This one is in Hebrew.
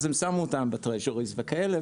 אז הם שמו אותם ב-Treasuries וכאלה,